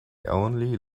only